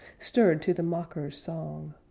stirred to the mocker's song,